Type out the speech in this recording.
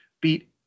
beat